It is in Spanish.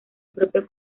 propio